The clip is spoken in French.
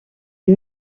une